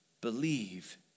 believe